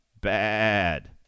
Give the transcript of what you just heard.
Bad